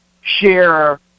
share